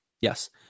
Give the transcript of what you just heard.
Yes